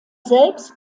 selbst